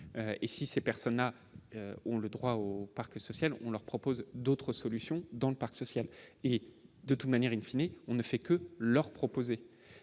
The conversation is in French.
et si ces personnes à ont le droit au parc social, on leur propose d'autres solutions dans le parc social, et de toute manière, in fine, et on ne fait que leur proposer